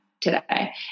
today